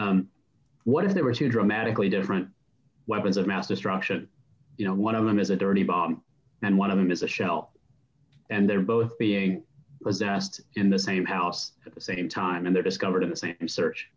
time what if there were two dramatically different weapons of mass destruction you know one of them is a dirty bomb and one of them is a shell and they're both being was asked in the same house at the same time and they discovered the same search